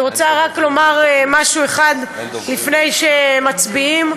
אני רוצה לומר משהו לפני שמצביעים,